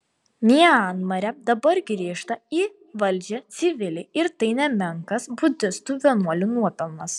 mianmare dabar grįžta į valdžią civiliai ir tai nemenkas budistų vienuolių nuopelnas